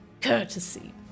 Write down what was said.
courtesy